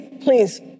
please